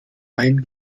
main